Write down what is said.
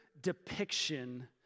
depiction